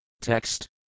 Text